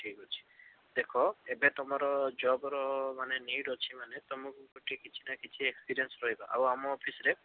ଠିକ୍ ଅଛି ଦେଖ ଏବେ ତମର ଜବ୍ର ମାନେ ନିଡ଼୍ ଅଛି ମାନେ ତମକୁ ଗୋଟେ କିଛି ନା କିଛି ଏକ୍ସପିରିଏନ୍ସ ରହିବ ଆଉ ଆମ ଅଫିସ୍ରେ